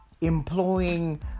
employing